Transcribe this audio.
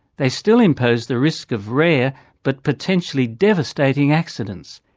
they still impose the risk of rare but potentially devastating accidents.